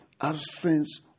absence